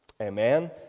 Amen